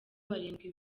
barindwi